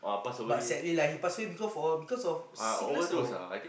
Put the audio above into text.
but sadly lah he past away because of because of sickness or